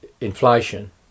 inflation